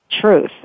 truth